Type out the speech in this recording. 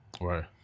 Right